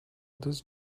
this